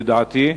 לדעתי.